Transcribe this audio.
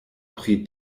pri